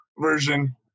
version